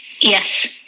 yes